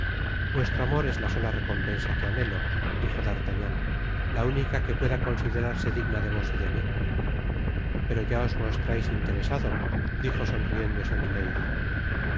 vuestro amor es la sola recompensa que anhelo dijo d'artagnan la única que pueda considerarse digna de vos y de mí pero ya os mostrais interesado dijo sonriéndose milady ah